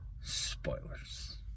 Spoilers